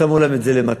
שמו להם את זה למטרה,